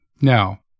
now